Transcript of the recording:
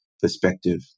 perspective